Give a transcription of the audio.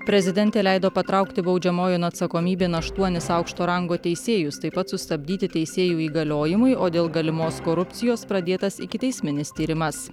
prezidentė leido patraukti baudžiamojon atsakomybėn aštuonis aukšto rango teisėjus taip pat sustabdyti teisėjų įgaliojimai o dėl galimos korupcijos pradėtas ikiteisminis tyrimas